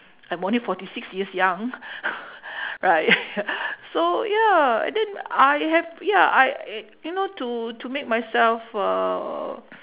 I'm only forty six years young right so ya and then I have ya I a~ you know to to make myself uh